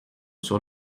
sur